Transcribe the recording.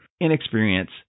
inexperience